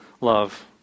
love